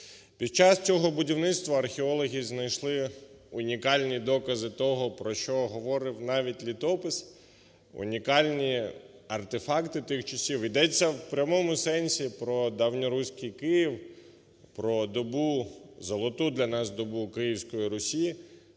Під час цього будівництва археологи знайшли унікальні докази того про що говорив навіть літопис, унікальні артефакти тих часів. Йдеться в прямому сенсі про Давньоруський Київ, про добу, золоту для нас добу Київської Русі,